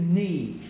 need